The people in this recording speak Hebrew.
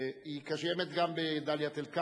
היא קיימת גם בדאלית-אל-כרמל,